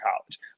college